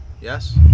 Yes